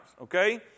okay